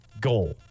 goal